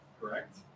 correct